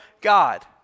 God